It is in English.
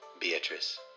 Beatrice